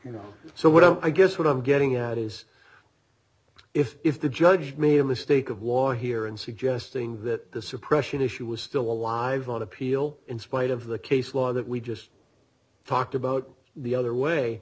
you know so what i guess what i'm getting at is if if the judge made a mistake of law here in suggesting that the suppression issue was still alive on appeal in spite of the case law that we just talked about the other way